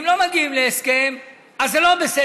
ואם לא מגיעים להסכם אז זה לא בסדר,